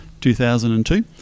2002